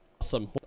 Awesome